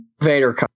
Vader